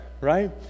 right